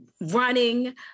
running